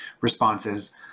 responses